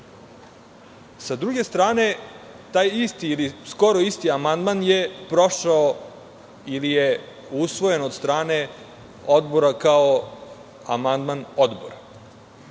Sa druge strane, taj isti ili skoro isti amandman je prošao ili je usvojen od strane odbora kao amandman odbora. Ono